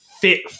fit